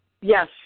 Yes